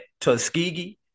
Tuskegee